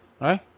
right